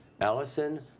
Allison